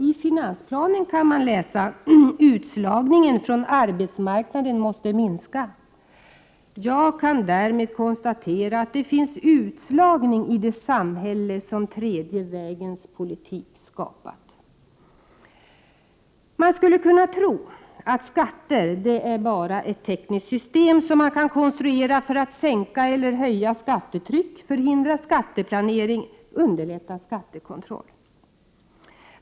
I finansplanen kan man läsa: ”Utslagningen från arbetsmarknaden måste minska.” Jag kan därmed konstatera att det finns utslagning i det samhälle som tredje vägens politik skapat. Man skulle kunna tro att skatter bara är ett tekniskt system, som man kan konstruera för att sänka eller höja skattetryck, förhindra skatteplanering, underlätta skattekontroll.